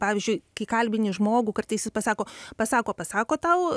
pavyzdžiui kai kalbini žmogų kartais jis pasako pasako pasako tau